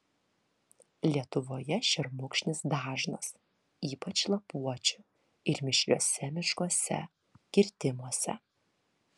lietuvoje šermukšnis dažnas ypač lapuočių ir mišriuose miškuose kirtimuose